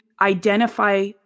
identify